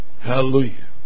Hallelujah